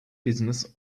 business